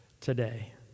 today